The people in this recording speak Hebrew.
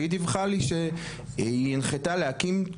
והיא דיווחה לי שהיא הנחתה להקים,